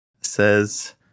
says